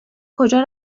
کجا